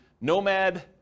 Nomad